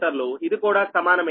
ఇది కూడా సమానమే అనగా 6